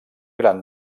gran